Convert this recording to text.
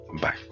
bye